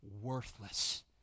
worthless